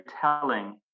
telling